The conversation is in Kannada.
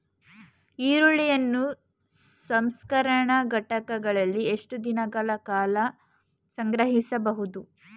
ಈರುಳ್ಳಿಯನ್ನು ಸಂಸ್ಕರಣಾ ಘಟಕಗಳಲ್ಲಿ ಎಷ್ಟು ದಿನಗಳ ಕಾಲ ಸಂಗ್ರಹಿಸಬಹುದು?